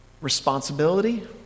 responsibility